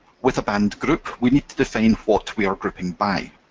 with a band group we need to define what we are grouping by.